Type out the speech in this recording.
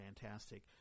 fantastic